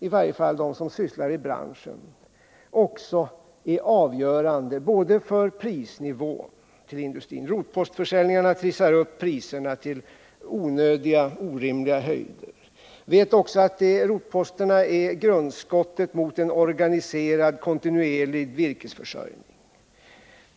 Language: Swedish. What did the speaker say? I varje fall de som arbetar i branschen vet att rotpostförsäljningarna är avgörande för prisnivån till industrin, därför att rotpostförsäljningarna trissar upp priserna till orimliga höjder. De vet också att rotposterna är grundskottet mot en organiserad kontinuerlig virkesförsörjning.